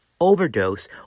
overdose